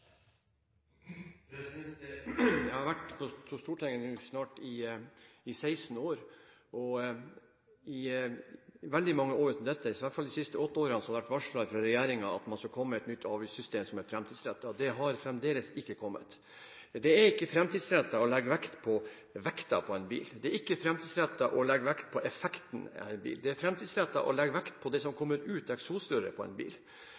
Jeg har nå vært på Stortinget i snart 16 år. I veldig mange av de årene, i alle fall de siste åtte årene, har det vært varslet fra regjeringen at man skal skal komme med et nytt avgiftssystem som er framtidsrettet. Det har fremdeles ikke kommet. Det er ikke framtidsrettet å legge vekt på vekten på en bil. Det er ikke framtidsrettet å legge vekt på effekten av en bil. Det er framtidsrettet å legge vekt på det som kommer ut av eksosrøret på en bil.